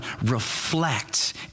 reflect